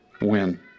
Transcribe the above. win